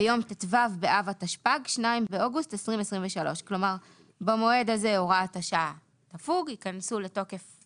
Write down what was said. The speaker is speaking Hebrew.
ביום ט"ו באב התשפ"ג (2 באוגוסט 2023). זה בעצם כל העניין של התגמולים וסעיף 9,